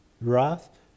wrath